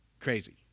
crazy